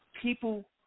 people